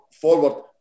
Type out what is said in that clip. forward